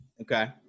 Okay